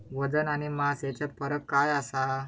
वजन आणि मास हेच्यात फरक काय आसा?